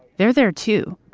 they're there too.